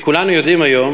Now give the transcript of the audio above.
כי כולנו יודעים היום